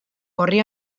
orri